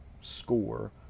score